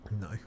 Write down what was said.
No